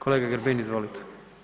Kolega Grbin, izvolite.